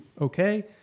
okay